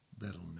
that'll